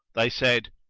they said,